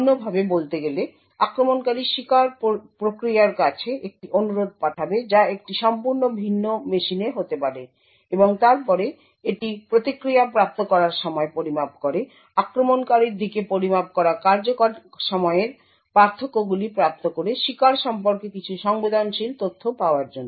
অন্যভাবে বলতে গেলে আক্রমণকারী শিকার প্রক্রিয়ার কাছে একটি অনুরোধ পাঠাবে যা একটি সম্পূর্ণ ভিন্ন মেশিনে হতে পারে এবং তারপরে এটি প্রতিক্রিয়া প্রাপ্ত করার সময় পরিমাপ করে আক্রমণকারীর দিকে পরিমাপ করা কার্যকর সময়ের পার্থক্যগুলি প্রাপ্ত করে শিকার সম্পর্কে কিছু সংবেদনশীল তথ্য পাওয়ার জন্য